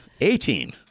Eighteen